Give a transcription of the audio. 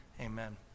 Amen